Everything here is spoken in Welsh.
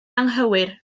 anghywir